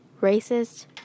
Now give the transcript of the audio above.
racist